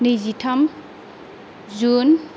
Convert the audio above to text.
नैजिथाम जुन